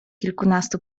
kilkunastu